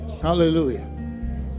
Hallelujah